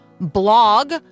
blog